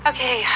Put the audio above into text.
Okay